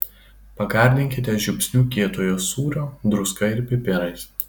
pagardinkite žiupsniu kietojo sūrio druska ir pipirais